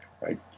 right